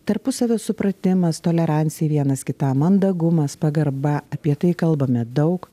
tarpusavio supratimas tolerancija vienas kitam mandagumas pagarba apie tai kalbame daug